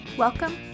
Welcome